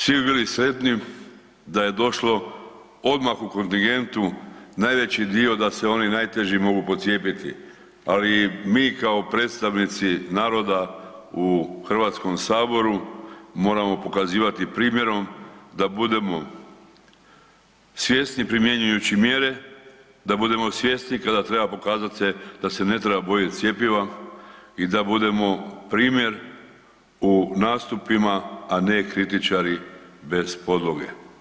Svi bi bili sretni da je došlo odmah u kontingentu najveći dio da se oni najteži mogu pocijepiti, ali mi kao predstavnici naroda u HS-u moramo pokazivati primjerom da budemo svjesni primjenjujući mjere, da budemo svjesni kada treba pokazat se da se ne treba bojati cjepiva i da budemo primjer u nastupima, a ne kritičari bez podloge.